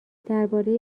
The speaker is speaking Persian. درباره